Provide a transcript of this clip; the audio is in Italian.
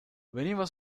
veniva